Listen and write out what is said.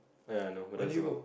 ya I know who does a lot